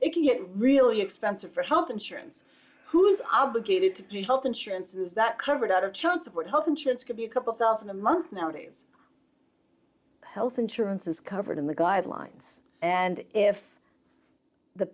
you get really expensive for health insurance who is obligated to get health insurance is that covered out of child support health insurance could be a couple thousand a month nowadays health insurance is covered in the guidelines and if the